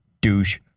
douche